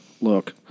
look